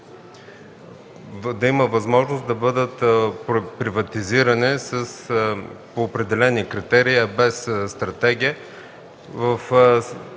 да има възможност да бъдат приватизирани по определени критерии, а без стратегия.